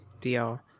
deal